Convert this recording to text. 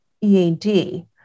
EAD